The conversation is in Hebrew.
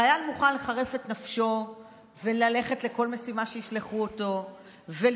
חייל מוכן לחרף את נפשו וללכת לכל משימה שישלחו אותו ולתרום,